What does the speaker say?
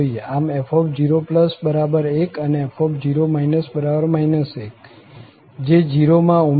આમ f01 અને f0 1 જે 0 માં ઉમેરાશે